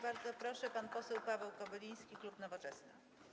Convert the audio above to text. Bardzo proszę, pan poseł Paweł Kobyliński, klub Nowoczesna.